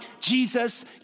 Jesus